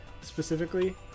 specifically